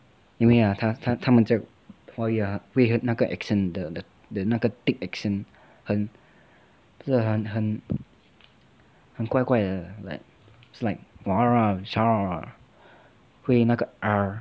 因为他他他们的华语啊会有那个 accent 的那个 thick accent 很不是很很很怪怪的 it's like 会那个